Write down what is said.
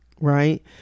Right